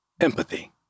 Empathy